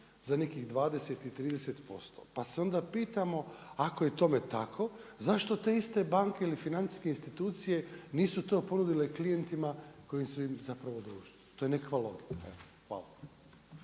za nekih 20 i 30%. Pa se onda pitamo, ako je tome tako, zašto te iste banke ili financijske institucije nisu to ponudile klijentima koji su im zapravo dužni, to je nekakva logika. Hvala.